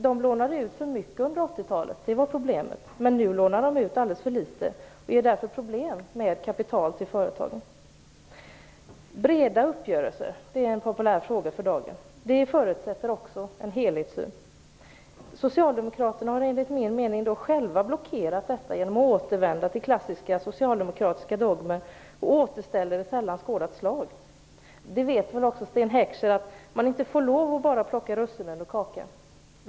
De lånade ut för mycket under 80-talet - det var problemet då - men nu lånar de ut alldeles för litet, och därför är det problem med kapital till företagen. Breda uppgörelser är ett populärt uttryck för dagen. Det förutsätter också en helhetssyn. Socialdemokraterna har enligt min mening själva blockerat detta genom att återvända till klassiska socialdemokratiska dogmer och återställare av sällan skådat slag. Det vet väl Sten Heckscher också, att man inte får lov att bara plocka russinen ur kakan.